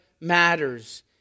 matters